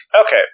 Okay